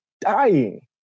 dying